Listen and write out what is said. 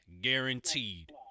Guaranteed